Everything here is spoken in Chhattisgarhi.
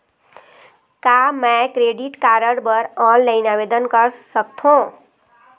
का मैं क्रेडिट कारड बर ऑनलाइन आवेदन कर सकथों?